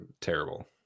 terrible